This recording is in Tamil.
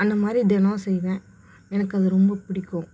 அந்த மாதிரி தினம் செய்வேன் எனக்கு அது ரொம்ப பிடிக்கும்